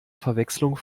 verwechslung